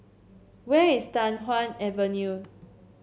where is Tai Hwan Avenue